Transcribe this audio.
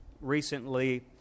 recently